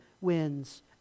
wins